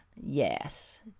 Yes